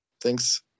Thanks